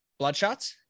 Bloodshots